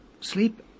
sleep